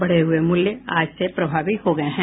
बढ़े हुये मूल्य आज से प्रभावी हो गये हैं